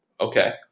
okay